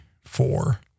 four